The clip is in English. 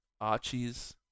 archie's